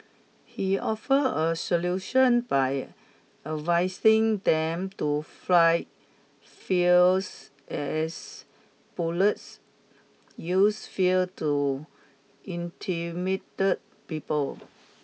he offers a solution by advising them to fight fears as bullies use fear to intimidate people